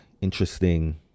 interesting